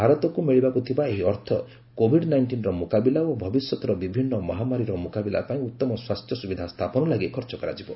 ଭାରତକୁ ମିଳିବାକୁ ଥିବା ଏହି ଅର୍ଥ କୋଭିଡ ନାଇଷ୍ଟିନ୍ର ମୁକାବିଲା ଓ ଭବିଷ୍ୟତର ବିଭିନ୍ନ ମହାମାରୀର ମୁକାବିଲା ପାଇଁ ଉତ୍ତମ ସ୍ୱାସ୍ଥ୍ୟ ସୁବିଧା ସ୍ଥାପନ ଲାଗି ଖର୍ଚ୍ଚ କରାଯିବ